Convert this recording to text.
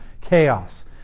chaos